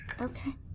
Okay